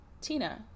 Tina